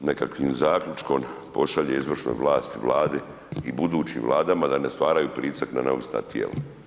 nekakvim zaključkom pošalje izvršnoj vlasti, Vladi i budućim vladama da ne stvaraju pritisak na neovisna tijela.